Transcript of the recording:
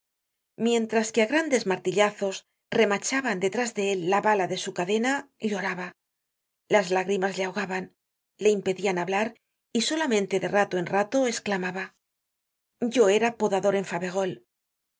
mientras que á grandes martillazos remachaban detrás de él la bala de su cadena lloraba las lágrimas le ahogaban le impedian hablar y solamente de rato en rato esclamaba yo erapodador en